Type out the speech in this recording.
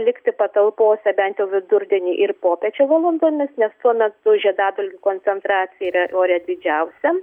likti patalpose bent jau vidurdienį ir popiečio valandomis nes tuo metu žiedadulkių koncentracija ore didžiausia